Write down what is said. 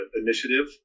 initiative